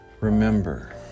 remember